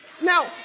Now